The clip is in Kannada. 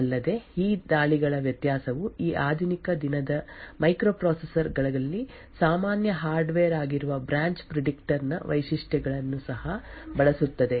ಅಲ್ಲದೆ ಈ ದಾಳಿಗಳ ವ್ಯತ್ಯಾಸವು ಈ ಆಧುನಿಕ ದಿನದ ಮೈಕ್ರೊಪ್ರೊಸೆಸರ್ ಗಳಲ್ಲಿ ಸಾಮಾನ್ಯ ಹಾರ್ಡ್ವೇರ್ ಆಗಿರುವ ಬ್ರಾಂಚ್ ಪ್ರಿಡಿಕ್ಟರ್ ನ ವೈಶಿಷ್ಟ್ಯಗಳನ್ನು ಸಹ ಬಳಸುತ್ತದೆ